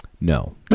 No